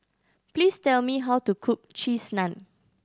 please tell me how to cook Cheese Naan